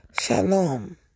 Shalom